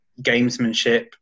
gamesmanship